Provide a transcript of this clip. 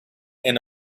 and